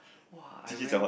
!wah! I went